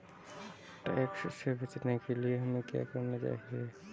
Tax से बचने के लिए हमें क्या करना चाहिए?